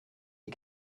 des